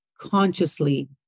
consciously